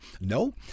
no